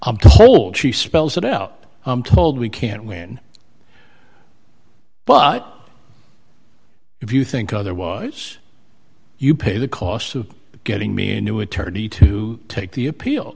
i'm told she spells it out i'm told we can't win but if you think otherwise you pay the costs of getting me a new attorney to take the appeal